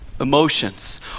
emotions